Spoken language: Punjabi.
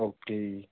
ਓਕੇ ਜੀ